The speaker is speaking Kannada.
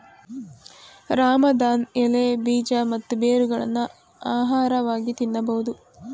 ರಾಮದಾನ್ ಎಲೆ, ಬೀಜ ಮತ್ತು ಬೇರುಗಳನ್ನು ಆಹಾರವಾಗಿ ತಿನ್ನಬೋದು